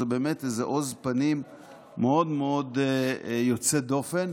זה באמת עוז פנים מאוד מאוד יוצא דופן,